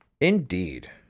Indeed